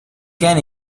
can